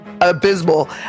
abysmal